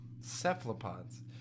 Cephalopods